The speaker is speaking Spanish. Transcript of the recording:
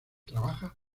trabaja